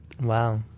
Wow